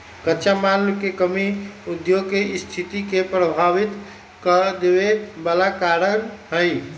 कच्चा माल के कमी उद्योग के सस्थिति के प्रभावित कदेवे बला कारण हई